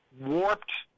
warped